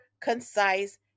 concise